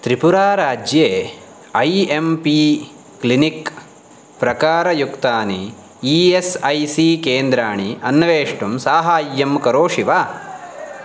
त्रिपुराराज्ये A N P clinic प्रकारयुक्तानि E S I C केन्द्राणि अन्वेष्टुं सहायं करोषि वा